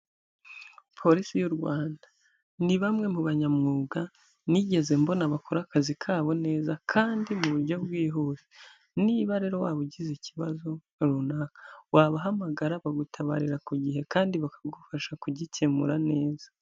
Polisi y'u Rwanda, ni bamwe mu banyamwuga nigeze mbona bakora akazi kabo neza kandi mu buryo bwihuse, niba rero waba ugize ikibazo runaka, wabahamagara bagutabarira ku gihe kandi bakagufasha kugikemura neza.